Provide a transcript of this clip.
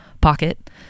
pocket